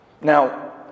Now